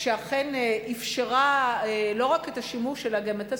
שאכן אפשרה לא רק את השימוש אלא גם את הסחר,